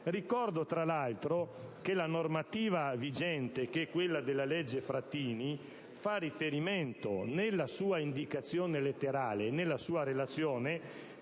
Ricordo, tra l'altro, che la normativa vigente, quella della legge Frattini, fa riferimento nella sua indicazione letterale (come lo faceva nella sua relazione)